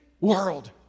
world